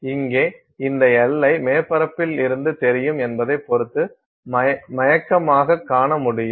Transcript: இங்கே இந்த எல்லை மேற்பரப்பில் இருந்து தெரியும் என்பதைப் பொறுத்து மயக்கமாகக் காண முடியும்